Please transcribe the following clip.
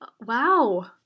wow